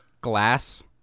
Glass